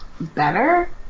better